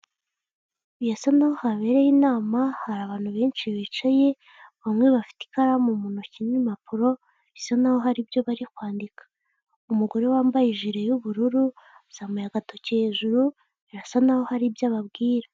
Birasa naho habereye inama hari abantu benshi bicaye bamwe bafite ikaramu mu ntoki n'impapuro bisa naho hari ibyo bari kwandika, umugore wambaye ijire y'ubururu azamuye agatoki hejuru birasa naho hari ibyo ababwira.